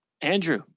Andrew